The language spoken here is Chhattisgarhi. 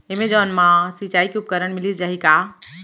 एमेजॉन मा सिंचाई के उपकरण मिलिस जाही का?